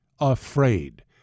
afraid